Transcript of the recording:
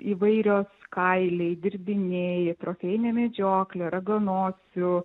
įvairios kailiai dirbiniai trofėjinė medžioklė raganosių